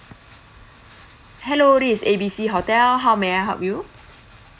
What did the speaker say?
hello this A B C hotel how may I help you